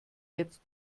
jetzt